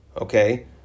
Okay